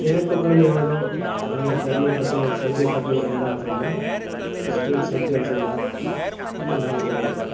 जंहिं टूग में वञो तव्हां खे गर्मी खपे सर्दी खपे अहिड़ा असांजा स्टेट्स हिते असांजा उत्तर भारत में आहिनि